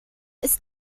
ist